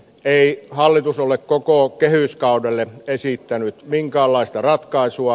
ei hallitus ole koko kehyskaudelle esittänyt minkäänlaista ratkaisua